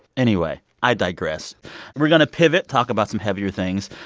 anyway, i digress we're going to pivot, talk about some heavier things.